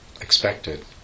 expected